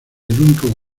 único